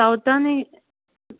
सावथानी